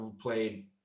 played